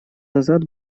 назад